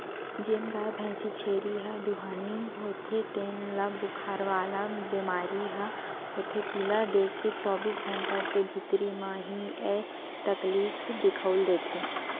जेन गाय, भइसी, छेरी ह दुहानी होथे तेन ल बुखार वाला बेमारी ह होथे पिला देके चौबीस घंटा के भीतरी म ही ऐ तकलीफ दिखउल देथे